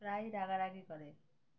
প্রায়ই রাগারাগি করে